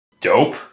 Dope